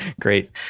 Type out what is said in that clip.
Great